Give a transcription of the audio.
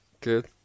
good